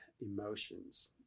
emotions